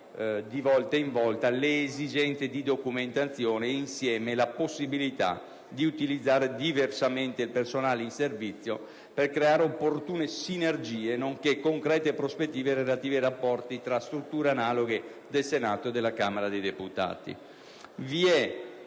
si valuteranno le esigenze di documentazione e insieme la possibilità di utilizzare diversamente il personale in servizio per creare opportune sinergie, nonché concrete prospettive relative ai rapporti tra strutture analoghe del Senato e della Camera dei deputati.